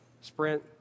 Sprint